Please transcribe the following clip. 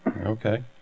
Okay